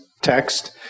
text